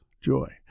joy